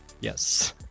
Yes